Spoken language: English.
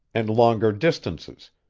and longer distances,